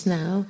now